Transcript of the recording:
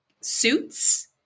suits